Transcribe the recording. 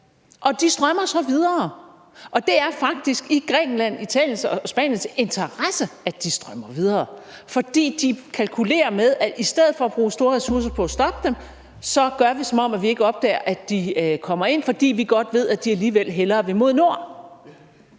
og de strømmer så videre. Og det er faktisk i Grækenlands, Italiens og Spaniens interesse, at de strømmer videre, for de kalkulerer med, at de i stedet for at bruge store ressourcer på at stoppe dem kan lade, som om de ikke opdager, at de kommer ind, fordi de godt ved, at de alligevel hellere vil mod nord.